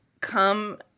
come